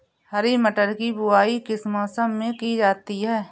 हरी मटर की बुवाई किस मौसम में की जाती है?